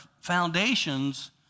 foundations